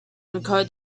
encode